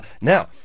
Now